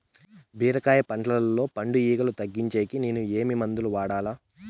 బీరకాయ పంటల్లో పండు ఈగలు తగ్గించేకి నేను ఏమి మందులు వాడాలా?